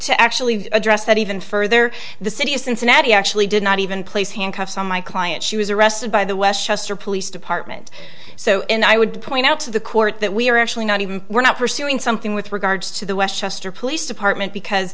to actually address that even further the city of cincinnati actually did not even place handcuffs on my client she was arrested by the westchester police department so in i would point out to the court that we are actually not even we're not pursuing something with regards to the westchester police department because